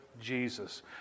Jesus